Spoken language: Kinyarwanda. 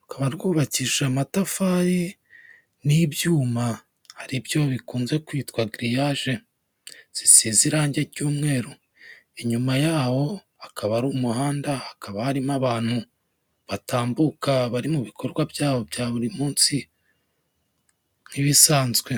Rukaba rwubakishije amatafari n'ibyuma. Aribyo bikunze kwitwa giriyaje. Zisize irange ry'umweru. Inyuma yaho akaba ari umuhanda, hakaba harimo abantu. Batambuka bari mu bikorwa byabo bya buri munsi. Nk'ibisanzwe.